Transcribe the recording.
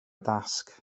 dasg